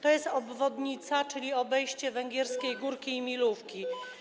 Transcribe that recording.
To jest obwodnica, czyli obejście Węgierskiej Górki i Milówki.